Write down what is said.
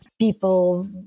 people